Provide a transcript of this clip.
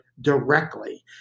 directly